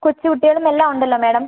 കൊച്ച് കുട്ടികളും എല്ലാം ഉണ്ടല്ലോ മാഡം